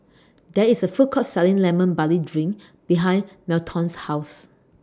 There IS A Food Court Selling Lemon Barley Drink behind Melton's House